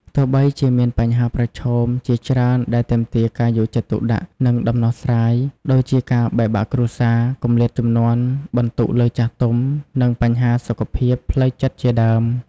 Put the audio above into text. ទោះបីជាមានបញ្ហាប្រឈមជាច្រើនដែលទាមទារការយកចិត្តទុកដាក់ និងដំណោះស្រាយ ដូចជាការបែកបាក់គ្រួសារ គម្លាតជំនាន់ បន្ទុកលើចាស់ទុំ និងបញ្ហាសុខភាពផ្លូវចិត្តជាដើម។